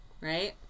right